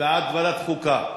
בעד ועדת חוקה.